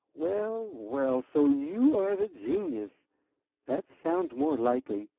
well, well! so you are the genius that sounds more likely.